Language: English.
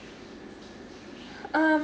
um